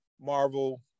Marvel